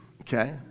okay